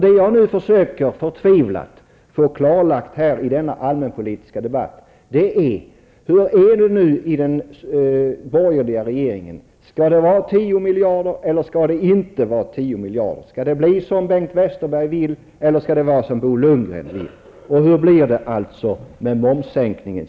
Det jag nu förtvivlat försöker få klarlagt i denna allmänpolitiska debatt är vad den borgerliga regeringen tänker göra: Skall det vara 10 miljarder eller inte? Skall det bli som Bengt Westerberg vill eller som Bo Lundgren vill? Och hur blir det med momssänkningen?